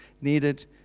needed